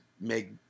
make